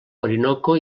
orinoco